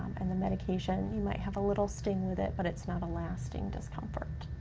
and the medication, you might have a little sting with it but it's not a lasting discomfort.